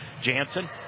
Jansen